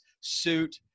suit